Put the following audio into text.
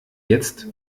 jetzt